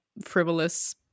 frivolous